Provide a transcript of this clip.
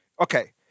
Okay